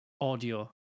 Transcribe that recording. audio